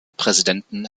präsidenten